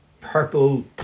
purple